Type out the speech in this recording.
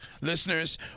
listeners